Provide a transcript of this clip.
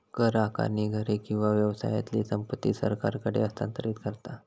कर आकारणी घरे किंवा व्यवसायातली संपत्ती सरकारकडे हस्तांतरित करता